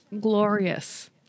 glorious